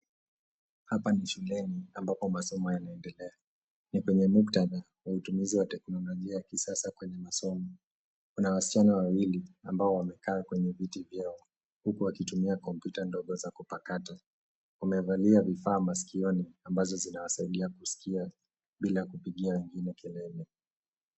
Hapa ni shuleni ambapo masomo yanaendelea. Ni penye muktadha wa utumizi wa teknolojia ya kisasa kwenye masomo. Kuna wasichana wawili ambao wamekaa kwenye viti vyao huku wakitumia kompyuta ndogo za kupakata. Wamevalia vifaa maskioni ambazo zinawasaidia kusikia bila kupigia mtu kelele.